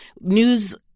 news